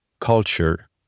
culture